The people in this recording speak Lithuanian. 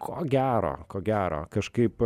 ko gero ko gero kažkaip